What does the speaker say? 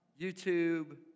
YouTube